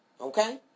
okay